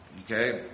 Okay